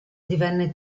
divenne